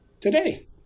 today